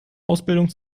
ausbildung